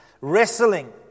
Wrestling